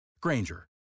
Granger